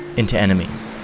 into enemies.